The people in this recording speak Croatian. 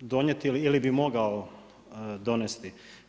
donijeti ili bi mogao donesti.